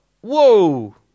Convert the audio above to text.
whoa